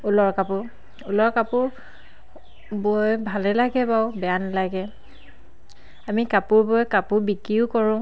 ঊলৰ কাপোৰ ঊলৰ কাপোৰ বৈ ভালেই লাগে বাৰু বেয়া নালাগে আমি কাপোৰ বৈ কাপোৰ বিক্ৰীও কৰোঁ